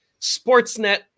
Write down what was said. Sportsnet